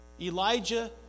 Elijah